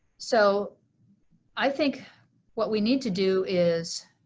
so i think what we need to do is